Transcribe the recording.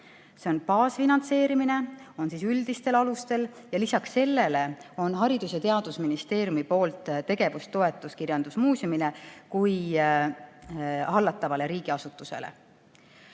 On baasfinantseerimine üldistel alustel ja lisaks sellele on Haridus- ja Teadusministeeriumi tegevustoetus kirjandusmuuseumile kui hallatavale riigiasutusele.